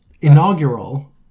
Inaugural